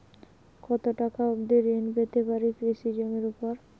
কত টাকা অবধি ঋণ পেতে পারি কৃষি জমির উপর?